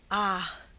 ah!